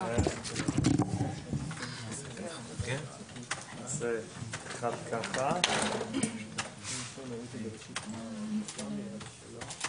הישיבה ננעלה בשעה 18:00.